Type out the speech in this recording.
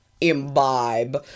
imbibe